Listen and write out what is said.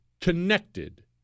connected